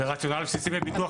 זה רציונל בסיסי בביטוח.